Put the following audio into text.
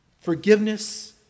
Forgiveness